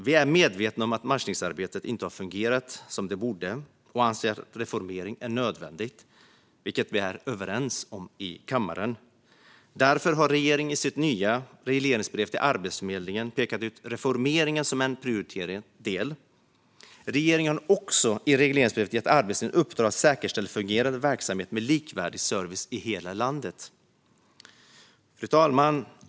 Vi är medvetna om att matchningsarbetet inte har fungerat som det borde, och vi anser att en reformering är nödvändig. Detta är vi överens om i kammaren. Därför har regeringen i sitt nya regleringsbrev till Arbetsförmedlingen pekat ut reformeringen som en prioriterad del. Regeringen har också i regleringsbrevet gett Arbetsförmedlingen i uppdrag att säkerställa en fungerande verksamhet med likvärdig service i hela landet. Fru talman!